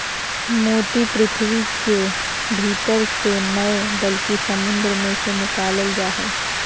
मोती पृथ्वी के भीतर से नय बल्कि समुंद मे से निकालल जा हय